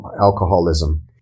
alcoholism